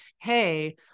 Hey